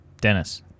Dennis